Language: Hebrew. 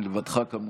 מלבדך, כמובן.